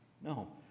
No